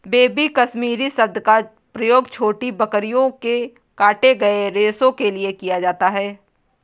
baby Kashmiri शब्द का प्रयोग छोटी बकरियों के काटे गए रेशो के लिए किया जाता है